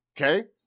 Okay